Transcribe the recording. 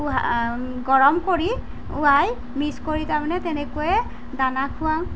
গৰম কৰি উহাই মিক্স কৰি তাৰমানে তেনেকৈয়ে দানা খুৱাওঁ